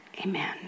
Amen